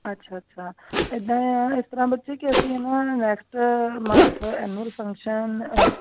ਅੱਛਾ ਅੱਛਾ ਇੱਦਾਂ ਆ ਇਸ ਤਰ੍ਹਾਂ ਬੱਚੇ ਕਿ ਅਸੀਂ ਇਹਨਾਂ ਨੈਕਸਟ ਮੰਥ ਐਨੁਅਲ ਫੰਕਸ਼ਨ